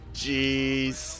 jeez